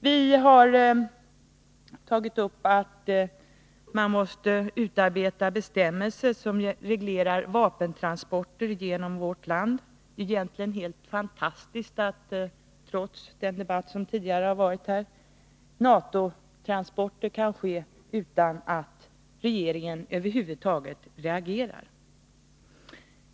Vi har tagit upp att man måste utarbeta bestämmelser som reglerar vapentransporter genom vårt land. Det är egentligen helt fantastiskt att NATO-transporter, trots den debatt som tidigare har förts, kan ske utan att regeringen över huvud taget reagerar.